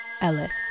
Ellis